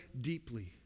deeply